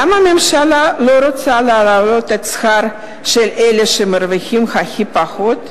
למה הממשלה לא רוצה להעלות את השכר של אלה שמרוויחים הכי פחות?